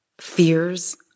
fears